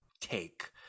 take